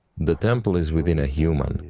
the temple is within a human,